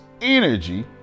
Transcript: energy